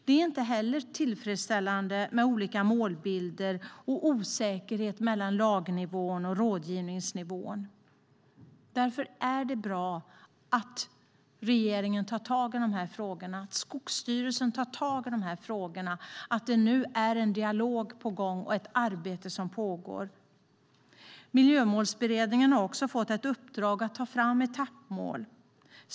Det är inte heller tillfredsställande med olika målbilder och osäkerhet mellan lagnivån och rådgivningsnivån. Därför är det bra att regeringen och Skogsstyrelsen tar tag i de frågorna. Det är nu en dialog på gång och ett arbete som pågår. Miljömålsberedningen har också fått ett uppdrag att ta fram etappmål.